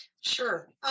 Sure